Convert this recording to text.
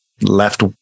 left